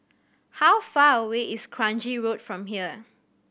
how far away is Kranji Road from here